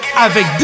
avec